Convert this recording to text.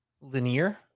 linear